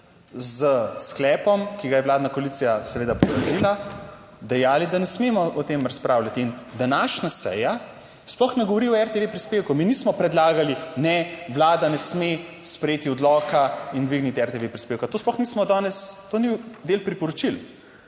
s sklepom, ki ga je vladna koalicija seveda potrdila, dejali, da ne smemo o tem razpravljati in današnja seja sploh ne govori o RTV prispevku. Mi nismo predlagali, Vlada ne sme sprejeti odloka in dvigniti RTV prispevka, to sploh nismo danes, to ni del priporočil.